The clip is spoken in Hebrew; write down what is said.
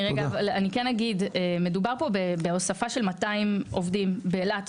אני כן אגיד שמדובר פה בהוספה של 200 עובדים באילת.